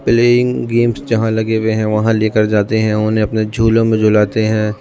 playing games جہاں لگے ہوئے ہیں وہاں لے کر جاتے ہیں اور انہیں اپنے جھولوں میں جھلاتے ہیں